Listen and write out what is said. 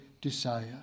desire